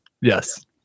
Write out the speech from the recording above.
Yes